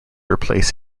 replace